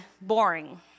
boring